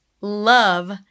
love